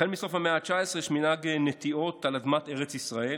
החל מסוף המאה התשע-עשרה יש מנהג נטיעות על אדמת ארץ ישראל.